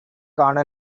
காண